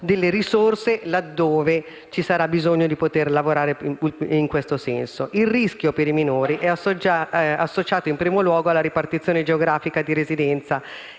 risorse laddove ci sarà bisogno di lavorare in questo senso. Il rischio per i minori è associato in primo luogo alla ripartizione geografica di residenza